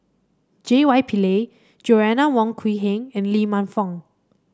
J Y Pillay Joanna Wong Quee Heng and Lee Man Fong